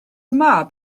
mab